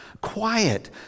Quiet